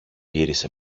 γύρισε